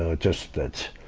ah just that,